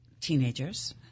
teenagers